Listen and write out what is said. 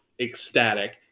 ecstatic